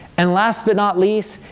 and last, but not least,